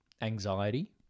anxiety